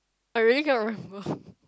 I really cannot remember